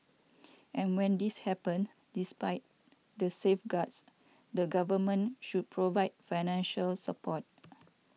and when this happens despite the safeguards the government should provide financial support